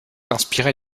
inspiré